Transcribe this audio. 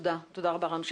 תודה רבה רם שפע.